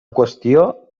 qüestió